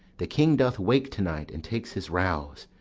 the king doth wake to-night and takes his rouse,